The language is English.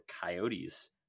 Coyotes